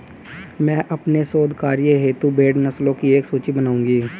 मैं अपने शोध कार्य हेतु भेड़ नस्लों की एक सूची बनाऊंगी